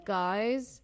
guys